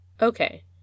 Okay